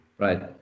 Right